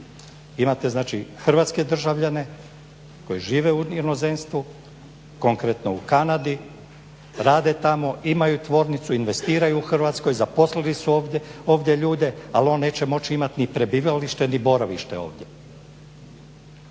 imate znači hrvatske državljane koji žive u inozemstvu konkretno u Kanadi, rade tamo, imaju tvornicu, investiraju u Hrvatskoj, zaposlili su ovdje ljude ali on neće moći imati ni prebivalište ni boravište ovdje.